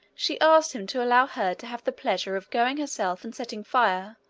she asked him to allow her to have the pleasure of going herself and setting fire,